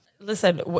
Listen